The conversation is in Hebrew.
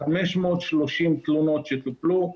530 תלונות שטופלו,